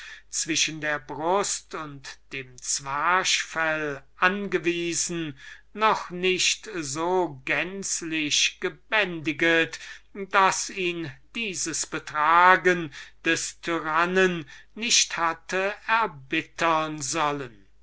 zwischen der brust und dem zwerch fell angewiesen noch nicht so gänzlich gebändiget daß ihn dieses betragen des tyrannen nicht hätte erbittern sollen